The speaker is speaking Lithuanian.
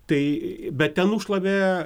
tai bet ten nušlavė